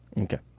Okay